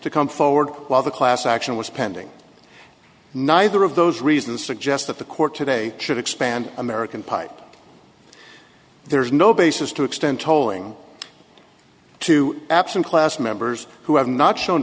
to come forward while the class action was pending neither of those reasons suggest that the court today should expand american pipe there's no basis to extend tolling to absent class members who have not shown